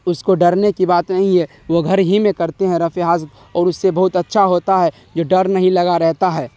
اس کو ڈرنے کی بات نہیں ہے وہ گھر ہی میں کرتے ہیں رفع حاجت اور اس سے بہت اچھا ہوتا ہے جو ڈر نہیں لگا رہتا ہے